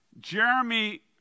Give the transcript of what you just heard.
Jeremy